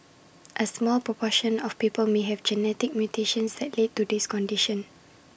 A small proportion of people may have genetic mutations that lead to this condition